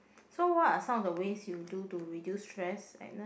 so what are some of the ways you do to reduce stress Agnes